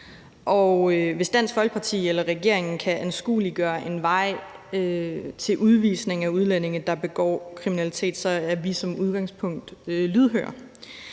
hvis Dansk Folkeparti eller regeringen kan anskueliggøre en vej til udvisning af udlændinge, der begår kriminalitet, er vi som udgangspunkt lydhøre.